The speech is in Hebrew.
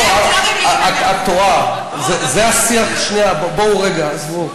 את טועה, זה השיחה, שנייה, בואו רגע, עזבו.